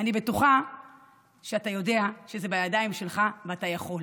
אני בטוחה שאתה יודע שזה בידיים שלך ואתה יכול.